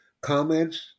Comments